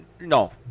No